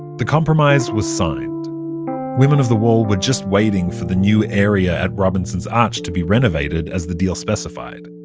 the compromise was signed women of the wall were just waiting for the new area at robinson's arch to be renovated as the deal specified,